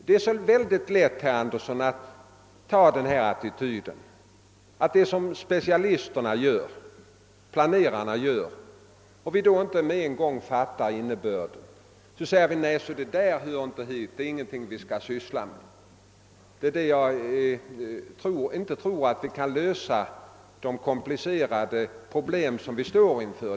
Det är så lätt, herr Andersson, att inta attityden att det som specialisterna och planerarna gör, om vi inte genast fattar innebörden, inte är någonting att syssla med. Jag tror inte att vi kan lösa de komplicerade problem vi står inför med denna attityd.